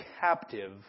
captive